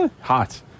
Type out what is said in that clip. Hot